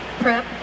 prep